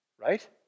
Right